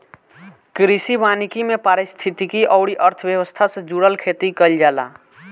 कृषि वानिकी में पारिस्थितिकी अउरी अर्थव्यवस्था से जुड़ल खेती कईल जाला